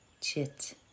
Chit